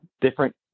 different